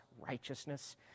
righteousness